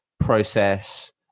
process